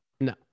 no